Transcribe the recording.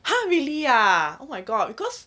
!huh! really ah oh my god because